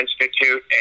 Institute